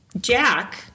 jack